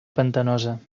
pantanosa